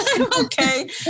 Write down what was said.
Okay